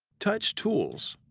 touch tools.